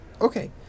Okay